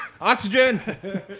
Oxygen